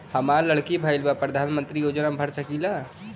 हमार लड़की भईल बा प्रधानमंत्री योजना भर सकीला?